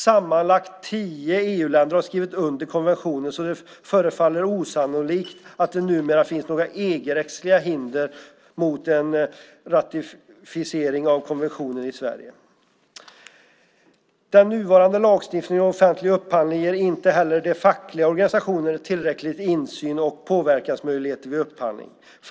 Sammanlagt tio EU-länder har skrivit under konventionen, så det förefaller osannolikt att det numera skulle finnas några EG-rättsliga hinder för en ratificering av konventionen i Sverige. Den nuvarande lagstiftningen om offentlig upphandling ger inte heller fackliga organisationer insyn och påverkansmöjligheter vid upphandling i tillräcklig grad.